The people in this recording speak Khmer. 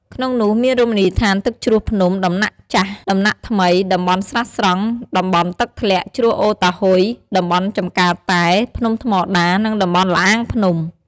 ក្នុងនោះមានរមណីយដ្ឋានទឹកជ្រោះភ្នំ ដំណាក់ចាស់ ដំណាក់ថ្មី តំបន់ស្រះស្រង់ តំបន់ទឹកធ្លាក់ ជ្រោះអូរតាហ៊ុយ តំបន់ចំការតែ ភ្នំថ្មដា និងតំបន់ល្អាងភ្នំ។